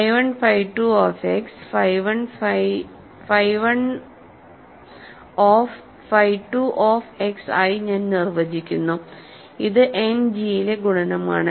phi 1 phi 2 of X phi 1 of phi 2 of x ആയി ഞാൻ നിർവചിക്കുന്നു ഇത് എൻഡ് G ലെ ഗുണനമാണ്